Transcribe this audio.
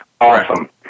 Awesome